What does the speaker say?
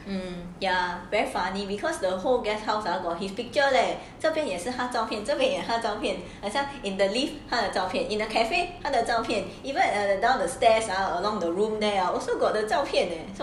um ya very funny because the whole guest house got his picture leh 这边也是他的照片那边也她的照片很像 in the lift 看着照片 in a cafe and that 照片 even err down the stairs ah along the room there ah also got 的照片 leh so funny right